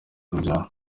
urubyaro